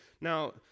Now